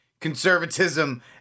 conservatism